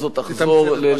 תתמצת את מה שאמרת,